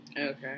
Okay